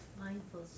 Mindful